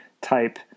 type